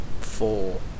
Four